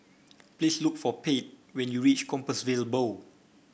please look for Pate when you reach Compassvale Bow